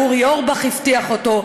אורי אורבך הבטיח אותו,